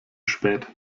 spät